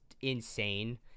insane